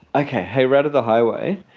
okay. hey, rat of the highway,